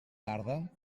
tarda